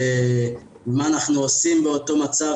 מה אנחנו עושים באותו מצב.